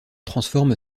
transforme